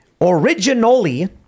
Originally